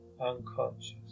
Unconscious